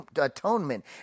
atonement